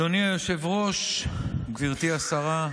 אדוני היושב-ראש, גברתי השרה,